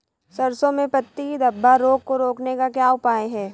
सरसों में पत्ती धब्बा रोग को रोकने का क्या उपाय है?